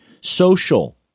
Social